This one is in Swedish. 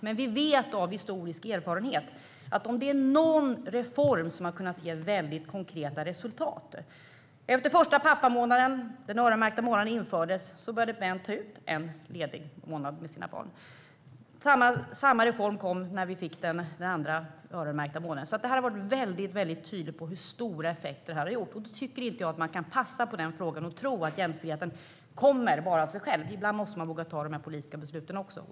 Men vi vet av historisk erfarenhet att om någon reform har gett konkreta resultat så var det den första öronmärkta pappamånaden. När den infördes började män ta ut en ledig månad med sina barn. Samma sak hände när vi fick den andra öronmärkta månaden. Det är alltså tydligt hur stora effekter det här har haft. Jag tycker inte att man kan passa i den frågan och tro att jämställdheten kommer av sig själv, utan ibland måste man våga ta de här politiska besluten också.